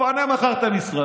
תפנה מחר את המשרד,